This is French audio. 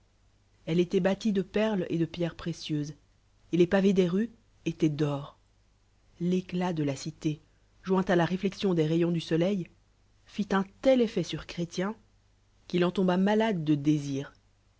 elle était bâtie de pei lér et de rierres pr ieuscs et les pavés des rues étoient d'or l'éclat de la cité joint à la réflexion des rayons du solen et un tel effet sur chrétien qu'il en tombamalade dé désir